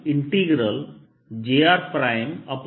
r r